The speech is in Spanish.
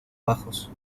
bajos